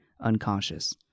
unconscious